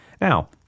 Now